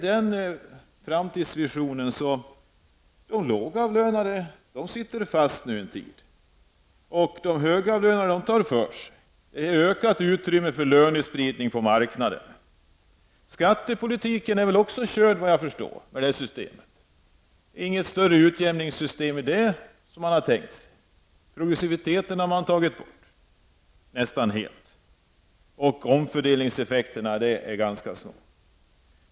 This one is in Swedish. Den framtidsvision jag kan se är att de lågavlönade sitter fast en tid, medan de högavlönade tar för sig. Det ges ökat utrymme för lönespridning på marknaden. I fråga om skattepolitiken är väl loppet också kört, vad jag förstår. Det finns inte mycket av utjämning i det system som man har tänkt sig. Progressiviteten har man tagit bort nästan helt, och omfördelningseffekterna är ganska små.